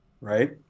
right